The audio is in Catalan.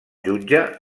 jutge